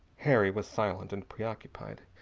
harry was silent and preoccupied.